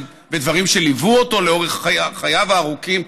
ודברים שליוו אותו לאורך חייו הארוכים.